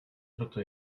proto